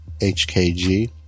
hkg